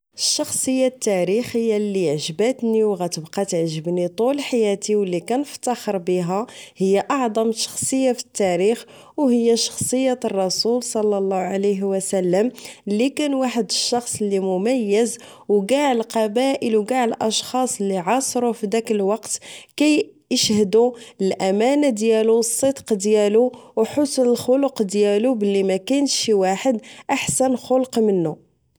الشخصية التاريخية اللي عجباتني وغتبقا تعجبني طول حياتي اللي كنفتاخر بها هي اعظم شخصية في التاريخ او هي شخصية الرسرول صلى الله عليه وسلم اللي كان واحد الشخص اللي مميز وكاع القبائل وكاع الاشخاص اللي عاصروه فداك الوقت كيشهدو للامانة ديالو والصدق ديالو او حست الخلق ديالو وبلي مكانش شي واحد احسن خلق منو